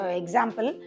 example